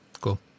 Cool